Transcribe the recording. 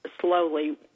slowly